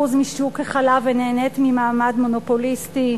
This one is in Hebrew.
משוק החלב ונהנית ממעמד מונופוליסטי.